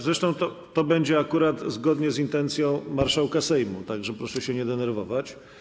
Zresztą to będzie akurat zgodnie z intencją marszałka Sejmu, tak że proszę się nie denerwować.